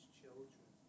children